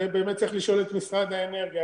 זה באמת צריך לשאול את משרד האנרגיה,